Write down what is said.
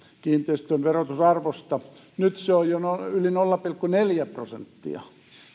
kiinteistön verotusarvosta nyt se on jo yli nolla pilkku neljä prosenttia